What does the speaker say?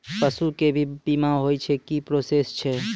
पसु के भी बीमा होय छै, की प्रोसेस छै?